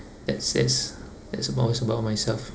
that's that's that's about about myself